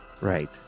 Right